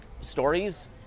stories